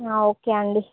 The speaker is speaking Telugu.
ఒకే అండి